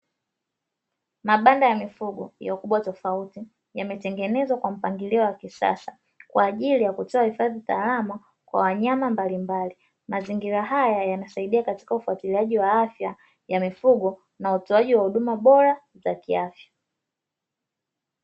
Mabanda ya mifugo ya ukubwa tofauti yametengenezwa kwa mpangilio wa kisasa kwa ajili ya kutoa hifadhi salama kwa wanyama mbalimbali. Mazingira haya yanasaidia katika ufuatiliaji wa afya ya mifugo na hutoaji wa huduma bora za kiafya.